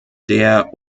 der